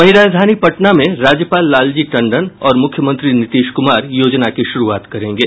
वहीं राजधानी पटना में राज्यपाल लालजी टंडन और मुख्यमंत्री नीतीश कुमार योजना की शुरूआत करेंगे